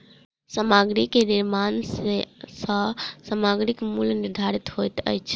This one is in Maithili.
सामग्री के निर्माण सॅ सामग्रीक मूल्य निर्धारित होइत अछि